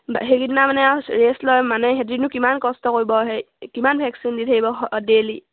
সেইকেইদিন মানে ৰেষ্ট লয় মানে সিহঁতিনো কিমান কষ্ট কৰিব সেই কিমান ভেকচিন দি থাকিব ডেইলী